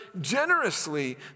generously